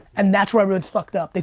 and that's where everyone's fucked up,